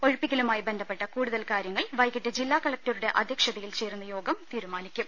ഒഴിപ്പിക്കലുമായി ബന്ധപ്പെട്ട കൂടുതൽ കാര്യ ങ്ങൾ വൈകിട്ട് ജില്ലാകലക്ടറുടെ അധ്യക്ഷതയിൽ ചേരുന്ന യോഗം തീരുമാനിക്കും